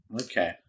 Okay